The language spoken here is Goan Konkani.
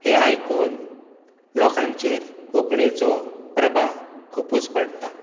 हें आयकुन लोकांचेर कोंकणीचो प्रभाव खुबूच पडटा